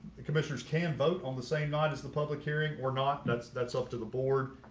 and commissioners can vote on the same night as the public hearing or not. that's that's up to the board.